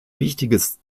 wichtiges